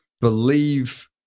believe